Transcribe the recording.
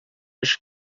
acho